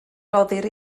roddir